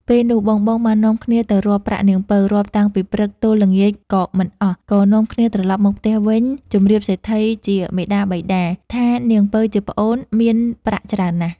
ពេលនោះបងៗបាននាំគ្នាទៅរាប់ប្រាក់នាងពៅ រាប់តាំងពីព្រឹកទល់ល្ងាចក៏មិនអស់ ក៏នាំគ្នាត្រឡប់មកផ្ទះវិញជម្រាបសេដ្ឋីជាមាតាបិតាថានាងពៅជាប្អូនមានប្រាក់ច្រើនណាស់។